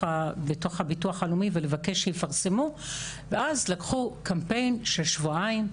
הביטוח הלאומי ולבקש שיפרסמו ואז לקחו קמפיין של שבועיים,